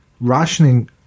Rationing